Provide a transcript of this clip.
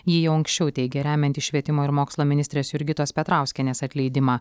ji jau anksčiau teigė remianti švietimo ir mokslo ministrės jurgitos petrauskienės atleidimą